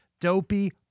Dopey